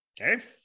Okay